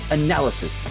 analysis